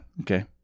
Okay